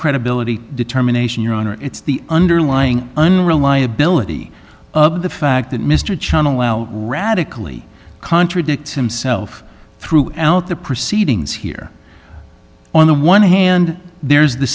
credibility determination your honor it's the underlying unreliability of the fact that mr channel radically contradicts himself throughout the proceedings here on the one hand there's the